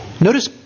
Notice